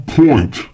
point